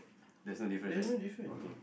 there's no difference right okay